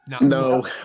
No